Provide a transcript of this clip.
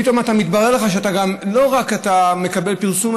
פתאום מתברר לך שלא רק שאתה מקבל פרסום,